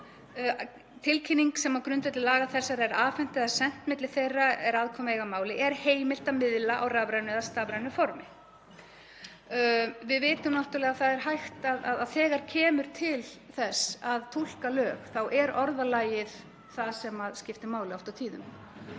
að tilkynningu sem á grundvelli laga þessara er afhent eða send milli þeirra sem aðkomu eiga að máli er heimilt að miðla á rafrænu eða stafrænu formi. Við vitum náttúrlega að þegar kemur til þess að túlka lög er orðalagið það sem skiptir máli oft og tíðum.